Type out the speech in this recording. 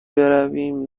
برویم